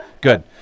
good